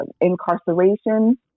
incarceration